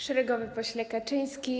Szeregowy Pośle Kaczyński!